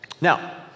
Now